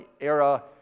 era